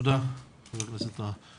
תודה, חבר הכנסת טאהא.